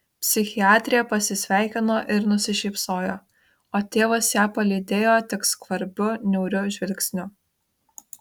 psichiatrė pasisveikino ir nusišypsojo o tėvas ją palydėjo tik skvarbiu niūriu žvilgsniu